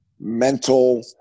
mental